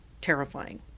terrifying